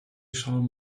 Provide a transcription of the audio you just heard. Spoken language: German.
schrauben